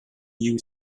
you